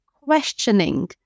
questioning